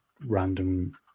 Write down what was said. random